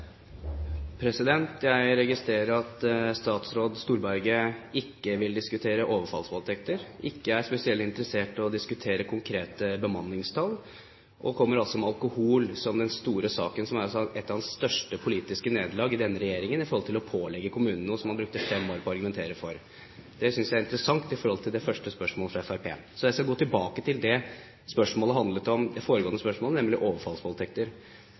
Jeg registrerer at statsråd Storberget ikke vil diskutere overfallsvoldtekter, og ikke er spesielt interessert i å diskutere konkrete bemanningstall. Han kommer altså med alkohol som den store saken, som er et av hans største politiske nederlag i denne regjeringen i forhold til å pålegge kommunene noe som han brukte fem år på å argumentere for. Det synes jeg er interessant i forhold til det første spørsmålet fra Fremskrittspartiet. Så jeg skal gå tilbake til det det foregående spørsmålet handlet om, nemlig overfallsvoldtekter.